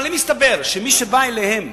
אבל אם מסתבר שמי שבא אליהם,